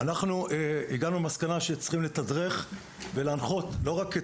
אנחנו הגענו למסקנה שצריכים לתדרך ולהנחות לא רק את